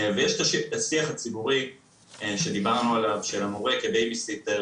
ויש את השיח הציבורי שדיברנו עליו של המורה כבייביסיטר,